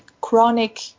chronic